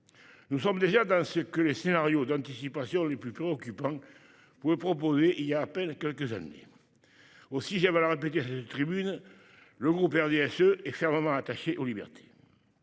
Nous sommes déjà dans ce que les scénarios d'anticipation les plus préoccupants pouvaient proposer voilà à peine quelques années. Aussi, j'aime à répéter à cette tribune combien le groupe RDSE est fermement attaché aux libertés.